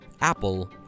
Apple